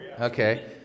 Okay